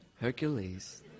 Hercules